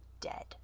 dead